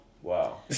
Wow